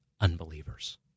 Unbelievers